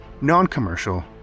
non-commercial